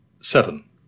Seven